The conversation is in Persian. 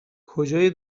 کجای